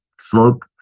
slope